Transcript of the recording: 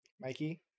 Mikey